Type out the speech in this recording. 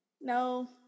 No